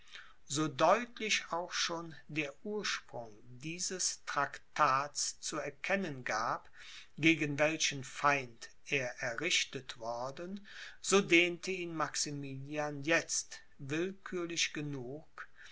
so deutlich auch schon der ursprung dieses traktats zu erkennen gab gegen welchen feind er errichtet worden so dehnte ihn maximilian jetzt willkürlich genug